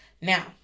Now